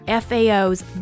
FAO's